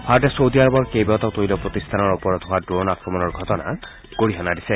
ভাৰতে চৌদি আৰবৰ কেইবাটাও তৈল প্ৰতিষ্ঠানৰ ওপৰত হোৱা ড্ৰোণ আক্ৰমণৰ ঘটনাক গৰিহণা দিছে